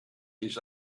his